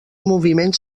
moviment